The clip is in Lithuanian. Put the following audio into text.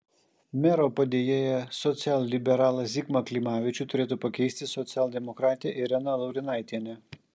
mero padėjėją socialliberalą zigmą klimavičių turėtų pakeisti socialdemokratė irena laurinaitienė